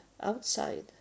outside